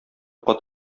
кат